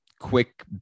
quick